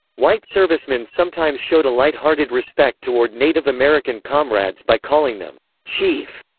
white servicemen sometimes showed a lighthearted respect toward native american comrades by calling them chief.